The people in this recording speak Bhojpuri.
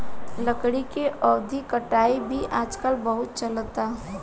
लकड़ी के अवैध कटाई भी आजकल बहुत चलता